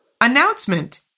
Announcement